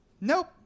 Nope